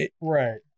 right